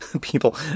people